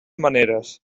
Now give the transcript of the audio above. maneres